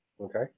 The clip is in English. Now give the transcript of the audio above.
okay